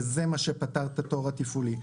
וזה מה שפתר את התור התפעולי.